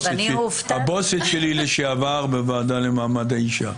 והבוסית שלי לשעבר בוועדה לקידום מעמד האישה.